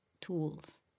tools